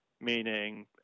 meaning